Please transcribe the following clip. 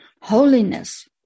holiness